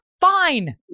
fine